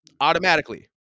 Automatically